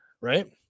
Right